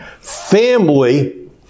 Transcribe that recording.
family